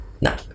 no